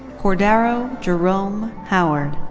cordaro jerome howard.